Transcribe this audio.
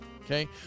okay